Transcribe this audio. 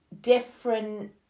Different